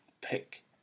pick